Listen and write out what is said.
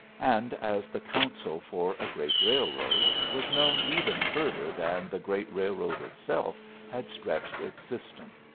and, as the counsel for a great railroad, was known even further than the great railroad itself had stretched its system.